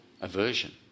aversion